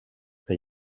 tej